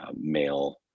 male